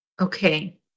Okay